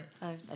right